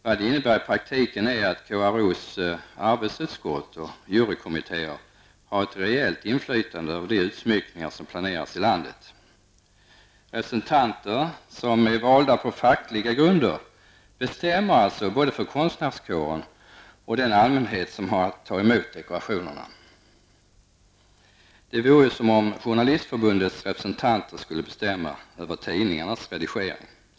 Vad det innebär i praktiken är att KRO:s arbetsutskott och jurykommittéer har ett reellt inflytande över de utsmyckningar som planeras i landet. Representanter som är valda på fackliga grunder bestämmer alltså både för konstnärskåren och den allmänhet som har att ta emot dekorationerna. Det vore ju som om Journalistförbundets representanter skulle bestämma över tidningarnas redigering.''